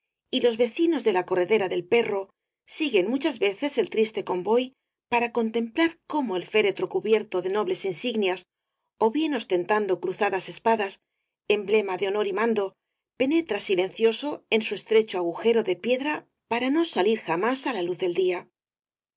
y los vecinos de la corredera del perro siguen muchas veces el triste convoy para contemplar cómo el féretro cubierto de nobles insignias ó bien ostentando cruzadas espadas emblema de honor y mando penetra silencioso en su estrecho agujero de piedra para no salir jamás á la luz del día